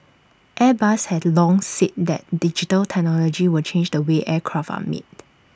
airbus had long said that digital technology will change the way aircraft are made